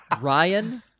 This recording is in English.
Ryan